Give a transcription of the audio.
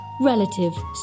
relative